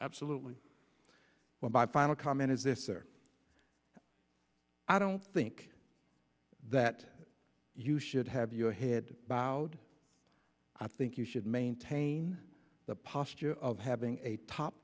absolutely one by final comment is this or i don't think that you should have your head bowed i think you should maintain the posture of having a top